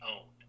owned